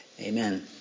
Amen